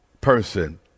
person